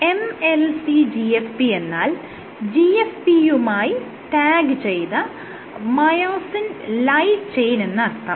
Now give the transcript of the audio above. MLC GFP എന്നാൽ GFP യുമായി tag ചെയ്ത മയോസിൻ ലൈറ്റ് ചെയിൻ എന്നർത്ഥം